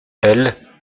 elle